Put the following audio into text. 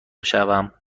شوم